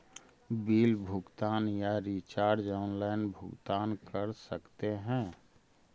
Bill भुगतान या recharge online भुगतान कर सकते हैं?